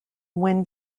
when